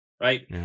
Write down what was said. Right